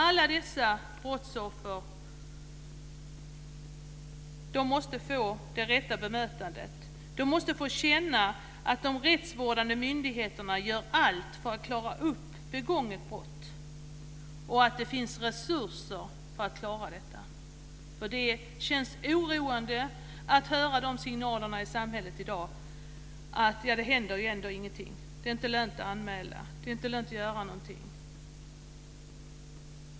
Alla dessa brottsoffer måste få det rätta bemötandet. De måste få känna att de rättsvårdande myndigheterna gör allt för att klara upp begånget brott och att det finns resurser för att klara detta. Det känns oroande att höra de signalerna i samhället i dag att det ändå inte händer någonting, att det inte är lönt att anmäla, inte lönt att göra någonting.